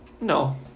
No